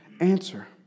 answer